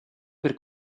per